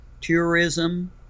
tourism